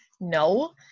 no